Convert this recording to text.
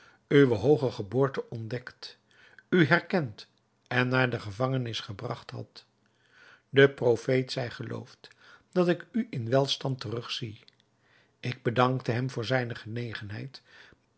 uwe hooge geboorte ontdekt u herkend en naar de gevangenis gebragt had de profeet zij geloofd dat ik u in welstand terug zie ik bedankte hem voor zijne genegenheid